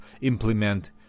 implement